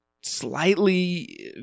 slightly